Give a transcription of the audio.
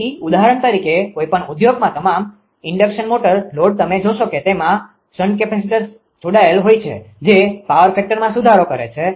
તેથી ઉદાહરણ તરીકે કોઈપણ ઉદ્યોગમાં તમામ ઇન્ડક્શન મોટર લોડ તમે જોશો કે તેમાં શન્ટ કેપેસિટર્સ જોડાયેલ હોય છે જે પાવર ફેક્ટરમાં સુધારો કરે છે